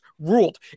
ruled